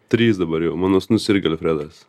trys dabar jau mano sūnus irgi alfredas